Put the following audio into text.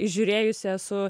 žiūrėjusi esu